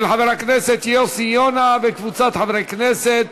של חבר הכנסת יוסי יונה וקבוצת חברי כנסת.